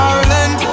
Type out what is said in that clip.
Ireland